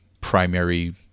primary